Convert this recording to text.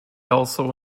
also